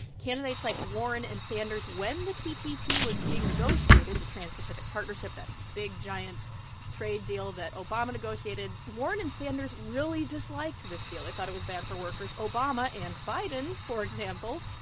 candidates like warren and sanders, when the tpp was being negotiated the trans-pacific partnership, that big, giant trade deal that obama negotiated warren and sanders really disliked this deal. they thought it was bad for workers. obama and biden, for example,